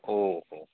ઓહો